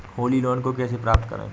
Holi loan को कैसे प्राप्त करें?